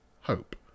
hope